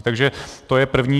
Takže to je první.